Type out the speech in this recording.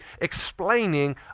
explaining